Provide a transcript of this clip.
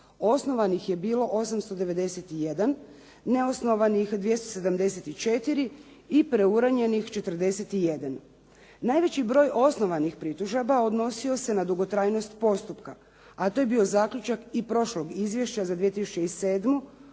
osnovanih je bilo 891, neosnovanih 274 i preuranjenih 41. Najveći broj osnovanih pritužaba odnosio se na dugotrajnost postupka, a to je bio zaključak i prošlog Izvješća za 2007.